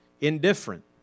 indifferent